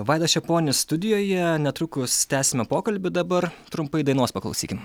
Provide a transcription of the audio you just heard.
vaidas čeponis studijoje netrukus tęsime pokalbį dabar trumpai dainos paklausykim